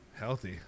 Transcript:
Healthy